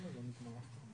לומר: